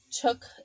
took